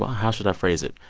how should i phrase it?